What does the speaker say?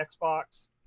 Xbox